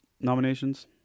nominations